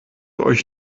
euch